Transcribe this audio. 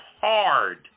hard